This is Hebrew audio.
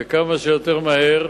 וכמה שיותר מהר.